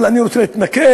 אבל אני רוצה להתמקד